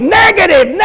negative